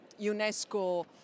UNESCO